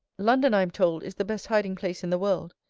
london, i am told, is the best hiding-place in the world.